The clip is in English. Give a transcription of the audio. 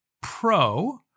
pro